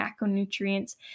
macronutrients